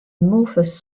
amorphous